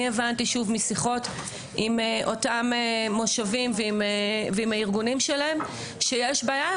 הבנתי משיחות עם אותם מושבים ועם הארגונים שלהם שיש בעיה,